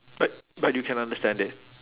but but you can understand it